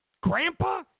Grandpa